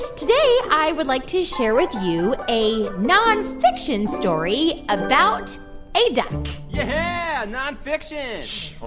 today i would like to share with you a nonfiction story about a duck yeah, nonfiction.